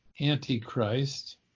antichrist